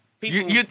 People